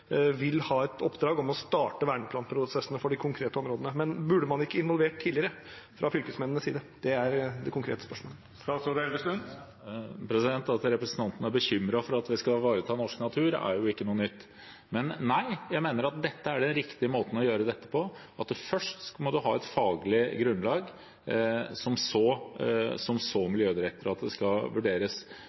ha et oppdrag om å starte verneplanprosessene for de konkrete områdene. Men burde man ikke ha involvert andre parter tidligere, fra fylkesmennenes side? Det er det konkrete spørsmålet. At representanten er bekymret for at vi skal ivareta norsk natur, er jo ikke noe nytt. Men nei, jeg mener at dette er den riktige måten å gjøre det på, at man først må ha et faglig grunnlag, som så Miljødirektoratet skal